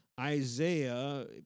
Isaiah